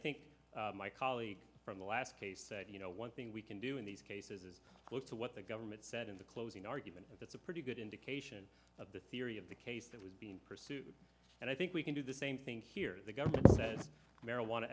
think my colleague from the last case said you know one thing we can do in these cases is look to what the government said in the closing argument and that's a pretty good indication of the theory of the case that was being pursued and i think we can do the same thing here the government says marijuana